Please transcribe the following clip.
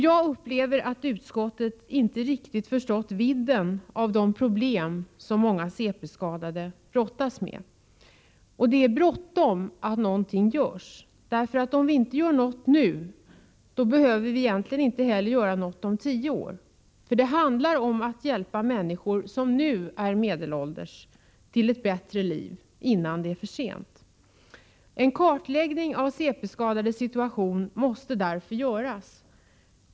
Jag upplever att utskottet inte riktigt har förstått vidden av de problem som många cp-skadade brottas med. Det är bråttom att någonting görs. Om vi inte gör något nu, behöver vi egentligen inte heller göra något om tio år, för det handlar om att hjälpa människor som nu är medelålders till ett bättre liv, innan det är för sent. En kartläggning av cp-skadades situation måste därför göras.